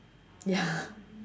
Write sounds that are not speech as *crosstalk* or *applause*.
ya *laughs*